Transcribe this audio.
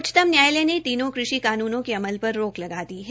उच्चतम न्यायालय ने तीनों कृषि कानुनों के अमल पर रोक लगा दी है